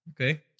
Okay